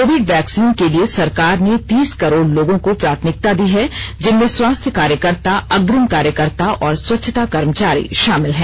Covid vaccine के लिए सरकार ने तीस करोड़ लोगों को प्राथमिकता दी है जिनमें स्वास्थ्य कार्यकर्ता अग्रिम कार्यकर्ता और स्वच्छता कर्मचारी शामिल हैं